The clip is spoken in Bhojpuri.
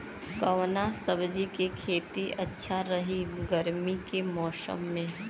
कवना सब्जी के खेती अच्छा रही गर्मी के मौसम में?